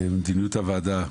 מדיניות הוועדה,